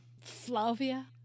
Flavia